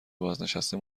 بازنشته